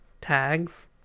tags